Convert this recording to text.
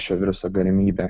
šio viruso galimybę